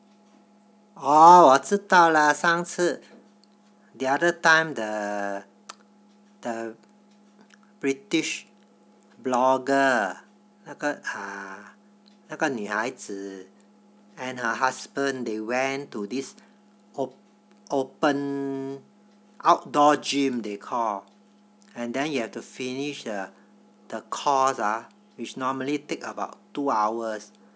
oh 我知道了上次 the other time the the british blogger 那个啊那个女孩子 and her husband they went to this open outdoor gym they call and then you have to finish the course ah which normally take about two hours